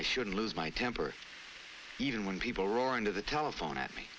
i shouldn't lose my temper even when people roar into the telephone at me